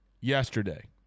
yesterday